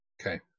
Okay